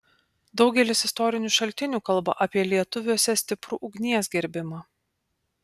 daugelis istorinių šaltinių kalba apie lietuviuose stiprų ugnies gerbimą